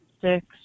six